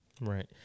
Right